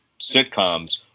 sitcoms